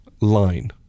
line